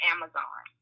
Amazon